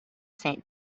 saint